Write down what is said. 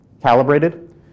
Calibrated